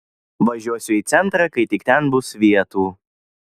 važiuosiu į centrą kai tik ten bus vietų